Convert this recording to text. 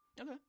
okay